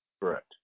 Correct